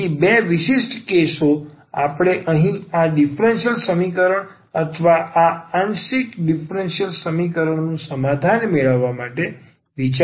તેથી આ બે વિશિષ્ટ કેસ આપણે અહીં આ ડીફરન્સીયલ સમીકરણ અથવા આ આંશિક ડીફરન્સીયલ સમીકરણ નુ સમાધાન મેળવવા માટે વિચારણા કરીશું